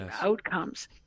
outcomes